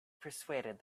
persuaded